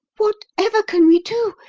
what ever can we do?